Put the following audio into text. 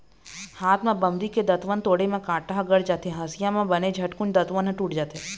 हाथ म बमरी के दतवन तोड़े म कांटा ह गड़ जाथे, हँसिया म बने झटकून दतवन ह टूट जाथे